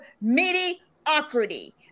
mediocrity